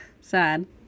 Sad